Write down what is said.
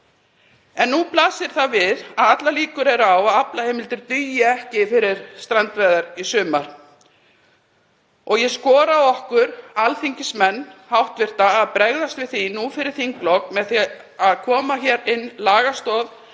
En nú blasir það við að allar líkur eru á að aflaheimildir dugi ekki fyrir strandveiðar í sumar. Ég skora á okkur hv. alþingismenn að bregðast við því nú fyrir þinglok með því að koma hér inn lagastoð